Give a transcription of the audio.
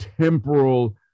temporal